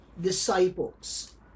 disciples